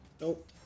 nope